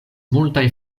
multaj